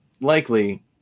likely